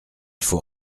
faut